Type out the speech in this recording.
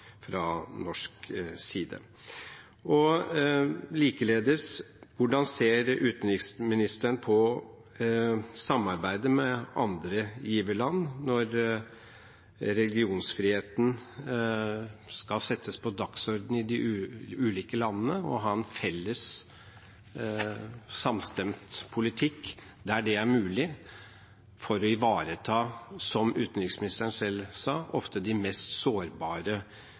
fra norsk side. Likeledes: Hvordan ser utenriksministeren på samarbeidet med andre giverland når religionsfriheten skal settes på dagsordenen i de ulike landene – å ha en felles, samstemt politikk der det er mulig, for å ivareta, som utenriksministeren selv sa, de ofte mest sårbare